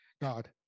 God